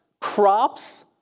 crops